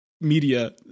media